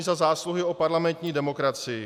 Za zásluhy o parlamentní demokracii.